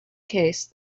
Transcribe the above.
case